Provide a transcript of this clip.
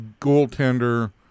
goaltender